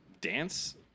dance